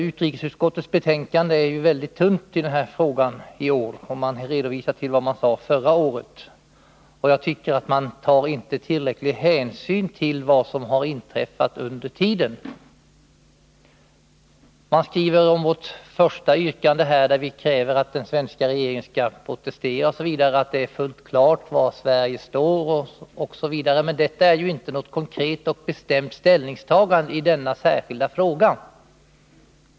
Utrikesutskottets betänkande är väldigt tunt när det gäller den här frågan i år jämfört med förra året. Jag tycker att man inte tar tillräcklig hänsyn till vad som har inträffat under tiden. Man skriver om vårt första yrkande, där vi kräver att den svenska regeringen skall protestera osv., att det är fullt klart var Sverige står. Men det är ju inte något konkret och bestämt ställningstagande i denna särskilda fråga.